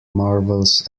marvels